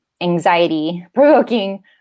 anxiety-provoking